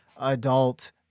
adult